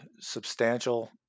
substantial